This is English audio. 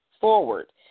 forward